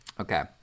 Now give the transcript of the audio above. Okay